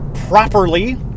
properly